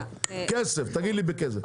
תגיד לי בכסף.